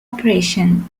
operation